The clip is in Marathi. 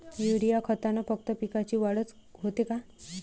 युरीया खतानं फक्त पिकाची वाढच होते का?